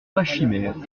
pachymère